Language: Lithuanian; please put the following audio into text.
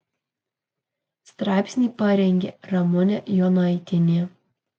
straipsnį parengė ramūnė jonaitienė